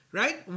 right